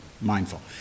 mindful